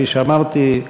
כפי שאמרתי,